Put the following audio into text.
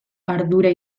ardura